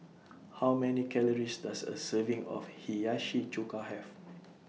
How Many Calories Does A Serving of Hiyashi Chuka Have